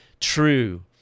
true